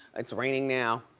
it's raining now,